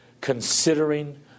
considering